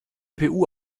cpu